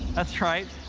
that's right.